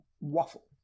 waffle